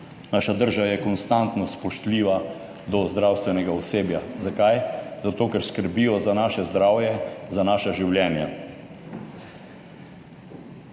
Naša drža je konstantno spoštljiva do zdravstvenega osebja. Zakaj? Zato, ker skrbijo za naše zdravje, za naša življenja.